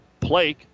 Plake